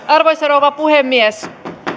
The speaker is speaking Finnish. arvoisa rouva puhemies